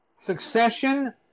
Succession